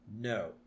No